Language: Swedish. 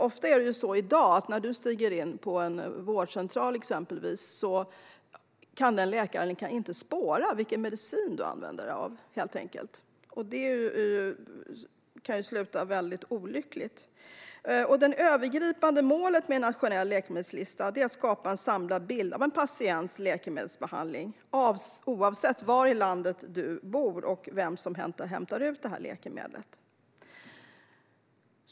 När man stiger in på exempelvis en vårdcentral i dag kan läkaren där inte spåra vilken medicin man använder sig av. Det kan sluta olyckligt. "Det övergripande målet med en nationell läkemedelslista är att skapa en samlad bild av en patients läkemedelsbehandling", oavsett var i landet man bor och vem som hämtar ut läkemedlet.